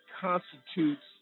constitutes